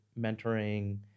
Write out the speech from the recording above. mentoring